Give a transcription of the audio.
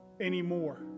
Anymore